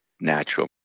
natural